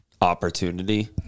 opportunity